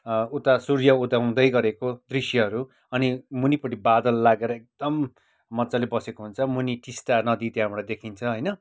उता सूर्य उदाउँदै गरेको दृश्यहरू अनि मुनिपट्टि बादल लागेर एकदम मजाले बसेको हुन्छ मुनि टिस्टा नदी त्यहाँबाट देखिन्छ होइन